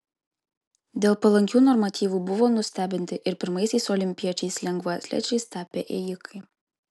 dėl palankių normatyvų buvo nustebinti ir pirmaisiais olimpiečiais lengvaatlečiais tapę ėjikai